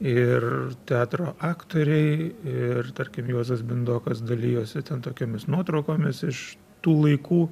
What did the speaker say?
ir teatro aktoriai ir tarkim juozas bindokas dalijosi ten tokiomis nuotraukomis iš tų laikų